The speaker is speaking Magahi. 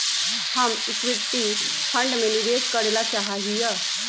हम इक्विटी फंड में निवेश करे ला चाहा हीयी